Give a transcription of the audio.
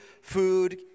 food